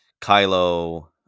Kylo